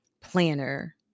planner